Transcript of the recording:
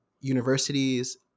universities